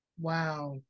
wow